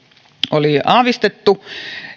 oli aavistettu